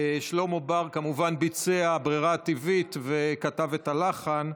שלמה כמובן ביצע בברירה הטבעית וכתב את הלחן,